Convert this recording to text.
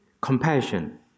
Compassion